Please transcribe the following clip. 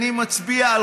אני מצביע על